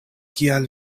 kial